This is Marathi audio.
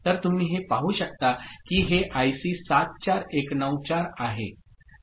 तर तुम्ही हे पाहू शकता की हे आयसी 74194 आहे